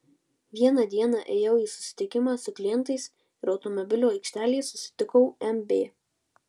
vieną dieną ėjau į susitikimą su klientais ir automobilių aikštelėje susitikau mb